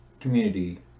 community